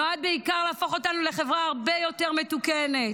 נועדה בעיקר להפוך אותנו לחברה הרבה יותר מתוקנת.